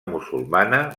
musulmana